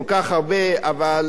אבל על אותם אנשים,